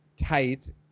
tight